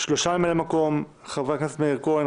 שלושה ממלאי מקום: חבר הכנסת מאיר כהן,